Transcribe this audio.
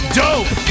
dope